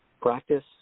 practice